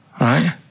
right